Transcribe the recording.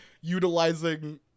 utilizing